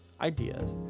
ideas